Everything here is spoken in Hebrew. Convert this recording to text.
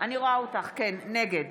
נגד